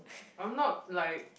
I'm not like